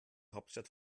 hauptstadt